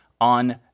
on